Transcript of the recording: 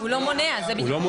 הוא לא מונע, זה בדיוק העניין.